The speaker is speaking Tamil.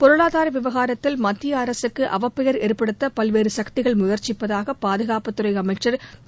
பொருளாதார விவகாரத்தில் மத்திய அரசுக்கு அவப்பெயர் ஏற்படுத்த பல்வேறு சக்திகள் முயற்சிப்பதாக பாதுகாப்பு அமைச்சர் திரு